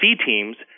C-teams